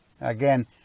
Again